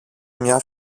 μια